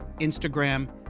Instagram